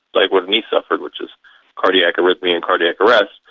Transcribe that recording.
like what anais suffered, which is cardiac arrhythmia and cardiac arrest,